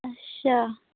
अच्छा